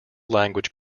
language